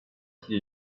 qui